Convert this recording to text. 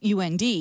UND